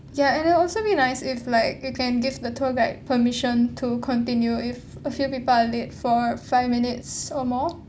ya and then also be nice if like you can give the tour guide permission to continue if a few people are late for five minutes or more